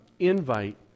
invite